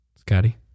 Scotty